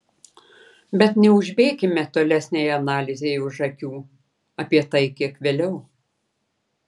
bet neužbėkime tolesnei analizei už akių apie tai kiek vėliau